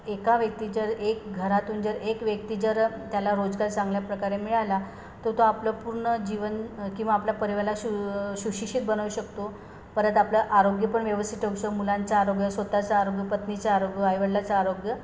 एका व्यक्ती जर एक घरातून जर एक व्यक्ती जर त्याला रोजगार चांगल्या प्रकारे मिळाला तर तो आपलं पूर्ण जीवन किंवा आपला परिवार श सुशिक्षित बनवू शकतो परत आपलं आरोग्य पण व्यवस्थित होऊ शकत मुलांचे आरोग्य स्वत चं आरोग्य पत्नीचे आरोग्य आईवडिलाचं आरोग्य